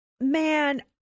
man